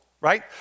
right